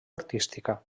artística